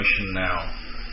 now